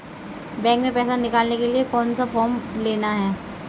Bank में पैसा निकालने के लिए कौन सा फॉर्म लेना है?